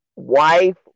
wife